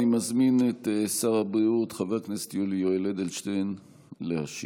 אני מזמין את שר הבריאות חבר הכנסת יואל יולי אדלשטיין להשיב.